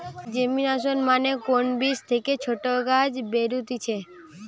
germination মানে কোন বীজ থেকে ছোট গাছ বেরুতিছে